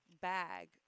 bag